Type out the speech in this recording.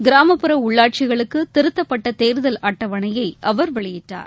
கிராமப்புற உள்ளாட்சிகளுக்குதிருத்தப்பட்டதேர்தல் அட்டவணையைஅவர் வெளியிட்டார்